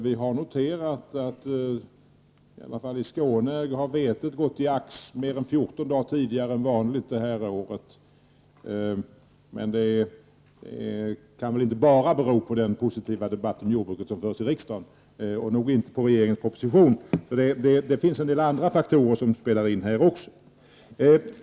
Vi har noterat att i Skåne har vetet det här året gått i ax mer än 14 dagar tidigare än vad som vanligtvis är fallet. Men det kan väl inte bara bero på den positiva debatt om jordbruket som har förts i riksdagen och inte heller på regeringens proposition. Det finns en del andra faktorer som spelar in här också.